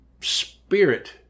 spirit